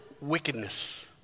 wickedness